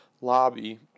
lobby